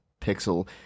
Pixel